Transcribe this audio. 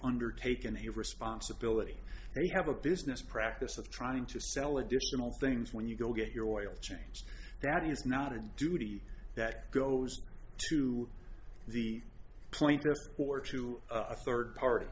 undertaken a responsibility and you have a business practice of trying to sell additional things when you go get your oil changed that is not a duty that goes to the point or to a third party